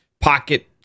Pocket